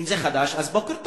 אם זה חדש, אז בוקר טוב.